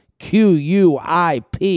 quip